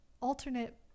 alternate